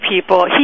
people